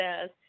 says